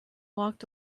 walked